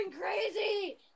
crazy